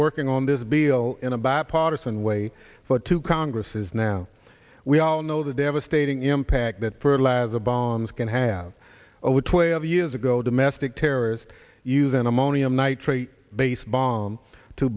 working on this bill in a bipartisan way for two congresses now we all know the devastating impact that fertilizer bombs can have twelve years ago domestic terrorists use an ammonium nitrate based bomb to